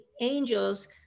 angels